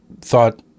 thought